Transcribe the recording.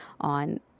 on